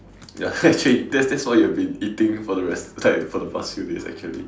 ya actually that's that's what you have been eating for the rest like for the past few days actually